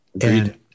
and-